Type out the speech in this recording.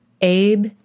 Abe